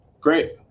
Great